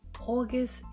August